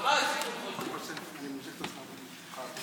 אדוני היושב-ראש, כבוד השרים, חבריי